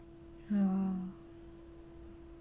ya lor